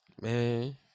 Man